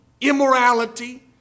immorality